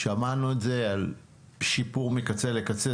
שמענו את זה על שיפור מקצה לקצה,